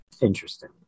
Interesting